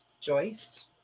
joyce